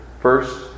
First